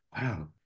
wow